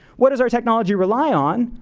what does our technology rely on?